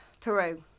Peru